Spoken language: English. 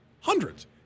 Hundreds